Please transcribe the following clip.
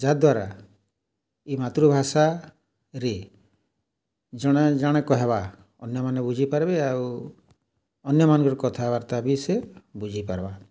ଯାହା ଦ୍ୱାରା ଇ ମାତୃଭାଷାରେ ଜଣେ ଜଣେ କହେବା ଅନ୍ୟମାନେ ବୁଝିପାର୍ବେ ଆଉ ଅନ୍ୟମାନ୍ଙ୍କର୍ କଥାବାର୍ତ୍ତା ବି ସେ ବୁଝିପାର୍ବା